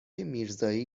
میرزایی